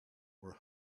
were